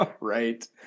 Right